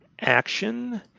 action